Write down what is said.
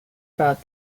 about